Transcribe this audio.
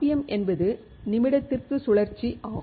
M என்பது நிமிடத்திற்கு சுழற்சி ஆகும்